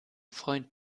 freund